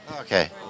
Okay